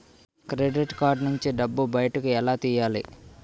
Credit card నుంచి డబ్బు బయటకు ఎలా తెయ్యలి?